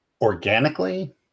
organically